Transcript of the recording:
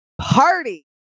party